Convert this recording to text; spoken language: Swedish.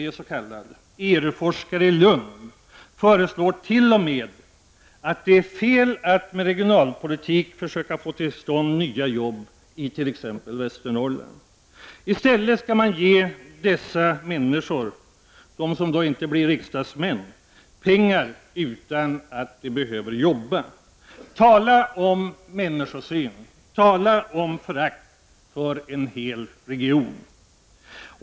En s.k. ERU-forskare i Lund hävdar t.o.m. att det är fel att med regionalpolitiska medel försöka få till stånd nya jobb i Västernorrland. I stället skall man ge människorna där — utom dem som blir riksdagsmän — pengar utan att de behöver jobba. Tala om människosyn och förakt för en hel region!